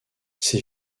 ces